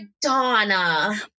Donna